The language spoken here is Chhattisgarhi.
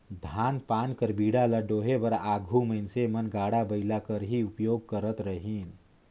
धान पान कर बीड़ा ल डोहे बर आघु मइनसे मन गाड़ा बइला कर ही उपियोग करत रहिन